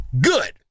Good